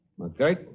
Okay